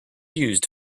used